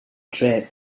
trip